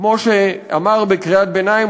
כמו שאמר בקריאת ביניים,